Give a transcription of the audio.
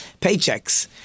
paychecks